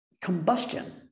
combustion